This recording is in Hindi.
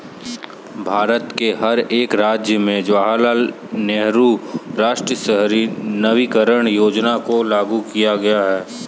भारत के हर एक राज्य में जवाहरलाल नेहरू राष्ट्रीय शहरी नवीकरण योजना को लागू किया गया है